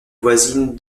voisine